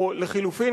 או לחלופין,